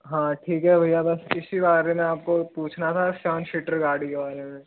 हाँ ठीक है भैया बस इसी बारे में आपको पूछना था सेवन सीटर गाड़ी के बारे मे